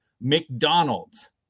McDonald's